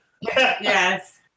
Yes